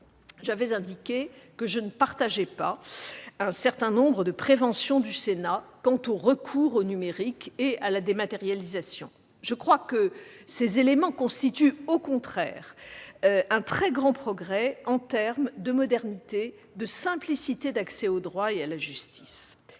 J'avais indiqué que je ne partageais pas un certain nombre de préventions du Sénat quant au recours au numérique et à la dématérialisation. Ces éléments me semblent constituer, au contraire, un très grand progrès en termes de modernité et de simplicité d'accès au droit et à la justice,